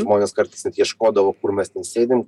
žmonės kartais net ieškodavo kur mes ten sėdim